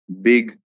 big